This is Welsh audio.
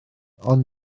ond